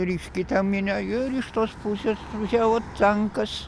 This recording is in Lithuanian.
reiškia į tą minią ir iš tos pusės važiavo tankas